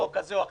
חוק כזה או אחר,